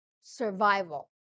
survival